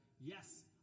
yes